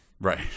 Right